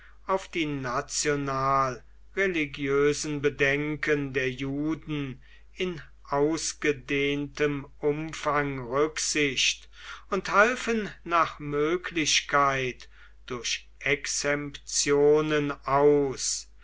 auf die national religiösen bedenken der juden in ausgedehntem umfang rücksicht und halfen nach möglichkeit durch exemptionen aus